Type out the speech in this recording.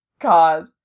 God